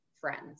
friends